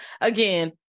again